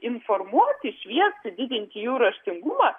informuoti šviesti didinti jų raštingumas